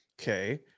Okay